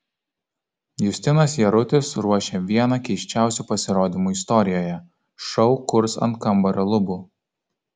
justinas jarutis ruošia vieną keisčiausių pasirodymų istorijoje šou kurs ant kambario lubų